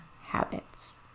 habits